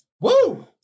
Woo